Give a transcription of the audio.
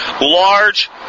large